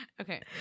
okay